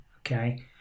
okay